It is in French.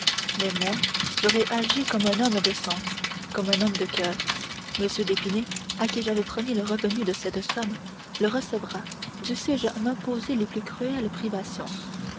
mais moi j'aurai agi comme un homme de sens comme un homme de coeur m d'épinay à qui j'avais promis le revenu de cette somme le recevra dussé-je m'imposer les plus cruelles privations